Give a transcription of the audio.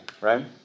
right